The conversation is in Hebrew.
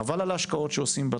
חבל על השקעות שעושים בתחום.